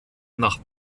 nach